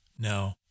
No